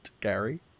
Gary